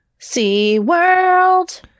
SeaWorld